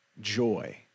joy